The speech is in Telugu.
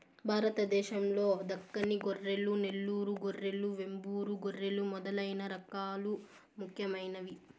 భారతదేశం లో దక్కని గొర్రెలు, నెల్లూరు గొర్రెలు, వెంబూరు గొర్రెలు మొదలైన రకాలు ముఖ్యమైనవి